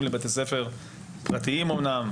את ילדיהם לבתי ספר פרטיים לא חוקיים?